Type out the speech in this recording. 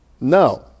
no